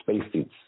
spacesuits